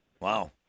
Wow